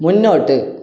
മുന്നോട്ട്